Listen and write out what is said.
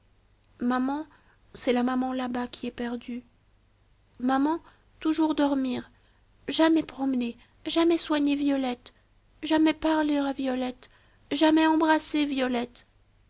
maman c'est la maman là-bas qui est perdue maman toujours dormir jamais promener jamais soigner violette jamais parler à violette jamais embrasser violette